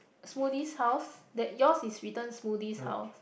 smoothies house that yours is written smoothies house